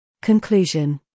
Conclusion